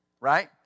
Right